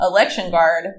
ElectionGuard